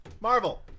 Marvel